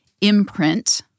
imprint